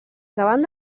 davant